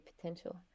potential